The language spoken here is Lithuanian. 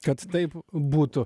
kad taip būtų